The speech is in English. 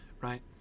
right